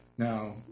Now